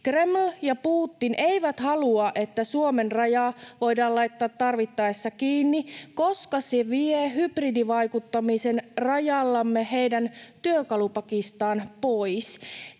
Kreml ja Putin eivät halua, että Suomen rajaa voidaan laittaa tarvittaessa kiinni, koska se vie hybridivaikuttamisen rajallamme heidän työkalupakistaan pois.